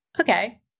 Okay